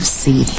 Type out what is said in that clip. see